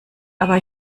aber